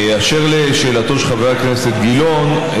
אשר לשאלתו של חבר הכנסת גילאון,